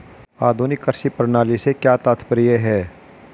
आधुनिक कृषि प्रणाली से क्या तात्पर्य है?